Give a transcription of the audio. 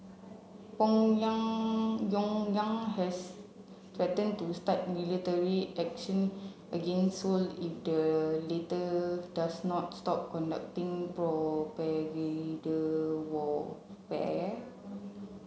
has threaten to start military action against Seoul if the latter does not stop conducting propaganda warfare